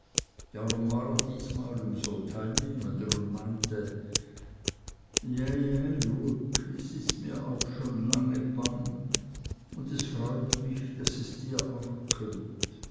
darum war er diesmal um so teilnehmender und meinte jä ja lueg es ist mir auch schon lange bange und es freut mich daß es dir auch kömmt